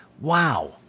Wow